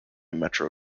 metro